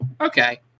Okay